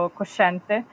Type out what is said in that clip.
cosciente